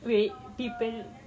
wait people